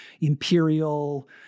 imperial